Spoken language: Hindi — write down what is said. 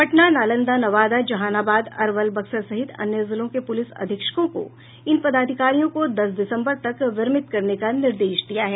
पटना नालंदा नवादा जहानाबाद अरवल बक्सर सहित अन्य जिलों के पुलिस अधीक्षकों को इन पदाधिकारियों को दस दिसम्बर तक विरमित करने का निर्देश दिया है